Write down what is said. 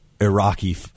Iraqi